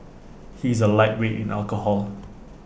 he is A lightweight in alcohol